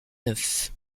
neuf